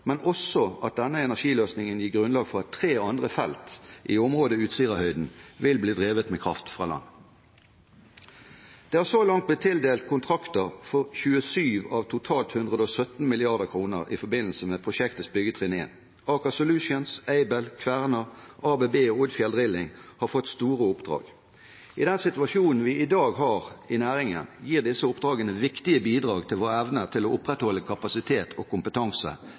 men også at denne energiløsningen gir grunnlag for at tre andre felt i området Utsirahøyden vil bli drevet med kraft fra land. Det har så langt blitt tildelt kontrakter for 27 av totalt 117 mrd. kr i forbindelse med prosjektets byggetrinn 1 – Aker Solutions, Aibel, Kværner, ABB og Odfjell Drilling har fått store oppdrag. I den situasjonen vi i dag har i næringen, gir disse oppdragene viktige bidrag til vår evne til å opprettholde kapasitet og kompetanse